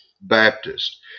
Baptist